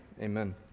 Amen